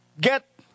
get